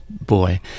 boy